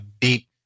deep